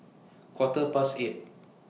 Quarter Past eight